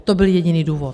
To byl jediný důvod.